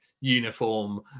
uniform